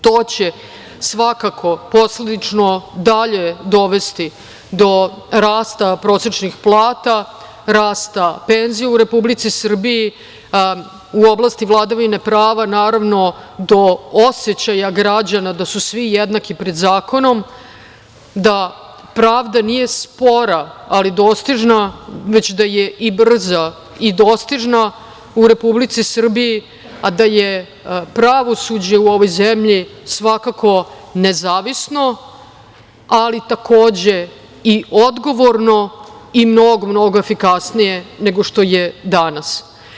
To će svakako posledično dalje dovesti do rasta prosečnih plata, rasta penzija u Republici Srbiji, u oblasti vladavine prava do osećaja građana da su svi jednaki pred zakonom, da pravda nije spora ali dostižna, već da je i brza i dostižna u Republici Srbiji, a da je pravosuđe u ovoj zemlji svakako nezavisno, ali takođe i odgovorno i mnogo, mnogo efikasnije nego što je danas.